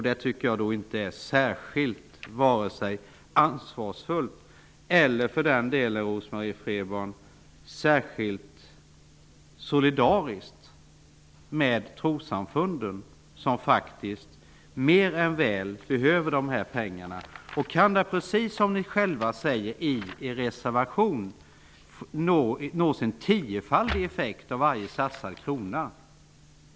Det är inte särskilt ansvarsfullt eller, Rose-Marie Frebran, solidariskt med trossamfunden, som faktiskt mer än väl behöver pengarna. Precis som ni själva säger i reservationen kan varje satsad krona nå en tiofaldigad effekt.